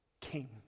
king